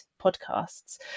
podcasts